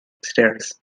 upstairs